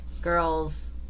girls